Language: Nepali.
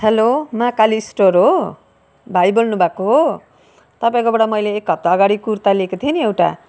हेलो महाकाली स्टोर हो भाइ बोल्नु भएको हो तपाईँको बाट मैले एक हप्ता अगाडि कुर्ता लिएको थिएँ नि एउटा